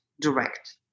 direct